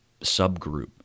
subgroup